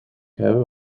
hebben